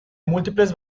múltiples